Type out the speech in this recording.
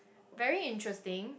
very interesting